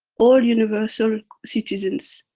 all universal citizens.